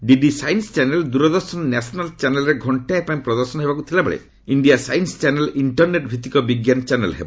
DD science channel Doordarshan national ଚ୍ୟାନେଲ୍ରେ ଘଙ୍କାଏ ପାଇଁ ପ୍ରଦର୍ଶନ ହେବାକୁ ଥିବା ବେଳେ ଇଣ୍ଡିଆ ସାଇନ୍ସ ଚ୍ୟାନେଲ୍ ଇଷ୍ଟରନେଟ୍ ଭିଭିକ ବିଜ୍ଞାନ ଚ୍ୟାନେଲ୍ ହେବ